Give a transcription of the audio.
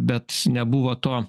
bet nebuvo to